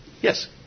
Yes